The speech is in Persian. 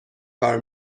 کار